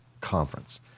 conference